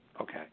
okay